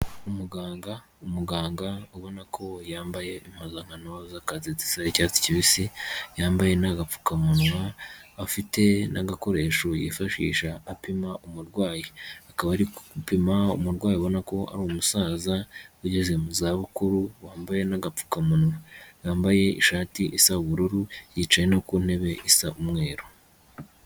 Umuganga, umuganga ubona ko yambaye impuzankano z'akazi zisa n'icyatsi kibisi, yambaye n'agapfukamunwa afite n'agakoresho yifashisha apima umurwayi, akaba ari gupima umurwayi ubona ko ari umusaza ugeze mu zabukuru wambaye n'agapfukamunwa, wambaye ishati isa ubururu yicaye no ku ntebe isa umweru.